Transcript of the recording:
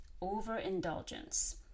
overindulgence